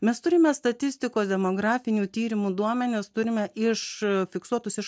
mes turime statistikos demografinių tyrimų duomenis turime iš fiksuotus iš